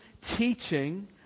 teaching